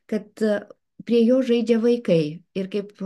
kad prie jo žaidžia vaikai ir kaip